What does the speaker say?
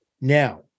Now